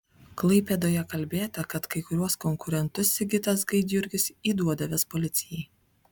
klaipėdoje kalbėta kad kai kuriuos konkurentus sigitas gaidjurgis įduodavęs policijai